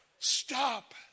Stop